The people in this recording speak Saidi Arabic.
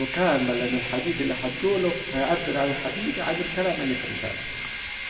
مكالمة لأن الكلام الي هتجوله هيعبر عن الحديد عن الكلام الي في الرسالة